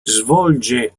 svolge